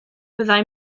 byddai